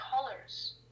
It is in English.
colors